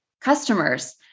customers